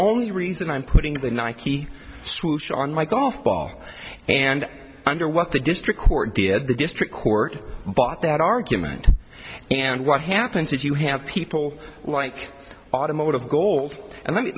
only reason i'm putting the nike swoosh on my golf ball and under what the district court did the district court bought that argument and what happens if you have people like automotive gold and